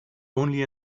only